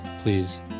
please